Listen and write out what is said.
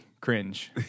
cringe